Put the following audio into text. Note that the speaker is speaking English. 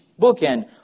bookend